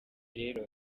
rero